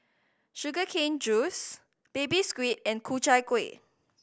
sugar cane juice Baby Squid and Ku Chai Kueh